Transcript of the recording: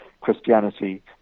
Christianity